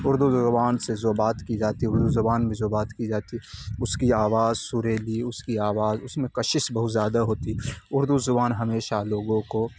اردو زبان سے جو بات کی جاتی ہے اردو زبان میں جو بات کی جاتی ہے اس کی آواز سریلی اس کی آواز اس میں کشس بہت زیادہ ہوتی اردو زبان ہمیشہ لوگوں کو